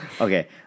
Okay